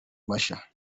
mashya